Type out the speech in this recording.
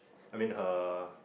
I mean her